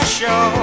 show